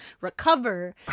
recover